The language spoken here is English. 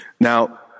Now